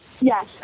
Yes